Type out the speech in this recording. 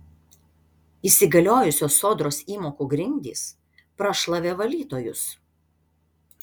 įsigaliojusios sodros įmokų grindys prašlavė valytojus